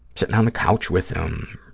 sitting on the couch with them,